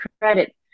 credit